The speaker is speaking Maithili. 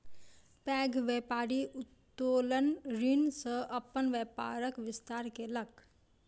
पैघ व्यापारी उत्तोलन ऋण सॅ अपन व्यापारक विस्तार केलक